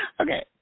Okay